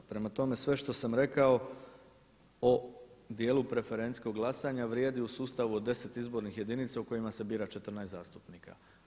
Prema tome, sve što sam rekao o djelu preferencijskog glasanja vrijedi u sustavu 10 izbornih jedinica u kojima se bira 14 zastupnika.